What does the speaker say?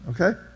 Okay